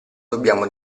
dobbiamo